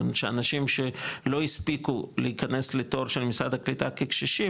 שאנשים שלא הספיקו להיכנס לתור של משרד הקליטה כקשישים,